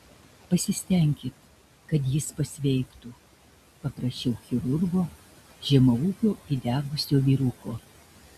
pasistenkit kad jis pasveiktų paprašiau chirurgo žemaūgio įdegusio vyruko